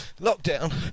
lockdown